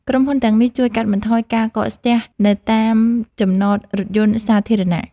ក្រុមហ៊ុនទាំងនេះជួយកាត់បន្ថយការកកស្ទះនៅតាមចំណតរថយន្តសាធារណៈ។